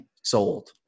Sold